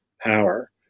power